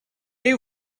you